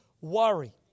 worry